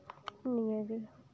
ᱱᱤᱭᱟᱹᱜᱮ